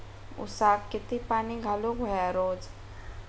ऊसाक किती पाणी घालूक व्हया रोज?